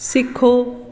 ਸਿੱਖੋ